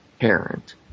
parent